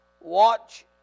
watch